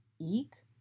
eat